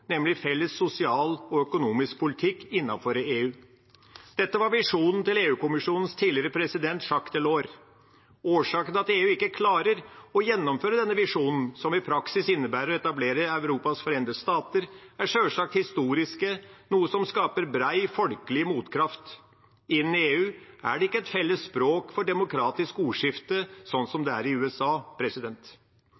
nemlig felles sosial og økonomisk politikk innenfor EU. Dette var visjonen til EU-kommisjonens tidligere president Jacques Delors. Årsakene til at EU ikke klarer å gjennomføre denne visjonen, som i praksis innebærer å etablere Europas forente stater, er sjølsagt historiske, noe som skaper bred folkelig motkraft. Inne i EU er det ikke et felles språk for demokratisk ordskifte, sånn som